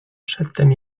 przedtem